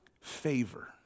favor